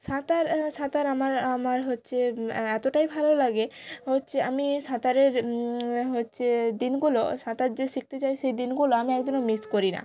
সাঁতার সাঁতার আমার আমার হচ্ছে এতটাই ভালো লাগে হচ্ছে আমি সাঁতারের হচ্ছে দিনগুলো সাঁতার যে শিখতে যাই সেই দিনগুলো আমি একদিনও মিস করি না